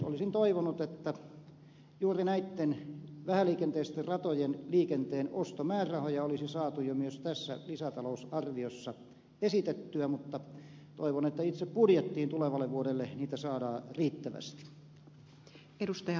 olisin toivonut että juuri näitten vähäliikenteisten ratojen liikenteen ostomäärärahoja olisi saatu jo myös tässä lisätalousarviossa esitettyä mutta toivon että itse budjettiin tulevalle vuodelle niitä saadaan riittävästi